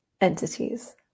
entities